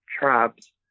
tribes